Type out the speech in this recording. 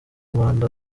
rwanda